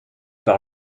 par